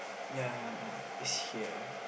ya is here